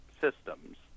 systems